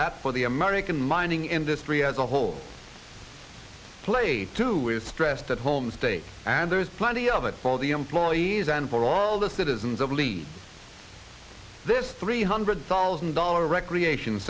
that for the american mining industry as a whole played to is stressed at home state and there's plenty of it for the employees and for all the citizens of leeds this three hundred thousand dollar recreation